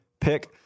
pick